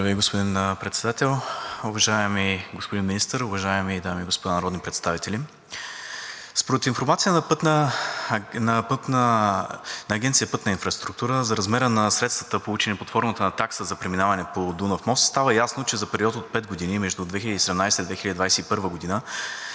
Ви, господин Председател. Уважаеми господин Министър, уважаеми дами и господа народни представители! Според информация на Агенция „Пътна инфраструктура“ за размера на средствата, получени под формата на такса за преминаване по Дунав мост, става ясно, че за период от пет години между 2017-а и 2021 г.